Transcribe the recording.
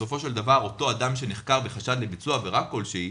שבסופו של דבר אותו אדם שנחקר בחשד לביצוע עבירה כלשהי,